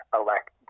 elect